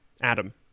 Adam